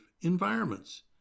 environments